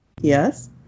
yes